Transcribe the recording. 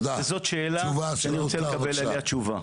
זאת שאלה שאני רוצה לקבל עליה תשובה.